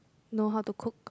know how to cook